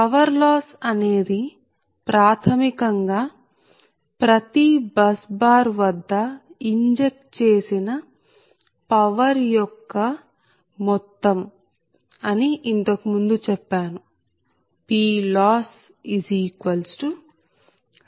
power loss అనేది ప్రాథమికం గా ప్రతి బస్ బార్ వద్ద ఇంజెక్ట్ చేసిన పవర్ యొక్క మొత్తం అని ఇంతకుముందు చెప్పాను